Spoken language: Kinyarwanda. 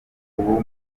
uwo